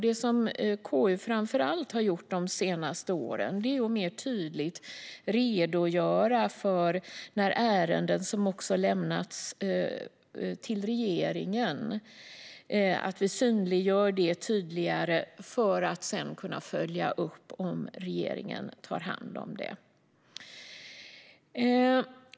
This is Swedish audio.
Det som KU framför allt har gjort de senaste åren är att göra tydligt att ärenden som har lämnats vidare till regeringen följs upp för att se om regeringen tar hand om dem.